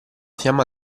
fiamma